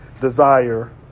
desire